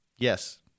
Yes